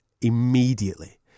immediately